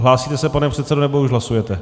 Hlásíte se, pane předsedo, nebo už hlasujete?